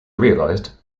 realized